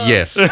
Yes